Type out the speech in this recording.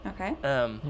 Okay